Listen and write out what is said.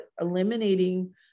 eliminating